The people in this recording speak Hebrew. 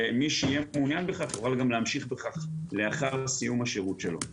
ומי שיהיה מעוניין בכך יוכל גם להמשיך בכך לאחר סיום השירות שלו.